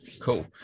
cool